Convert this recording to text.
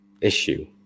issue